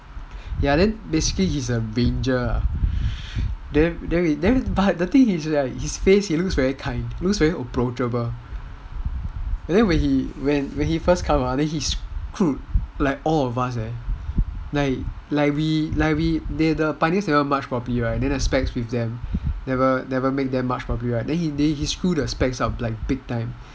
then basically he's a ranger lah but then he's face he looks very kind looks very approachable and then when he first come ah he screwed all of us leh like we the pioneers never march properly right then the specs with them never make them march properly right then he screw the specs up like big time